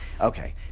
Okay